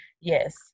yes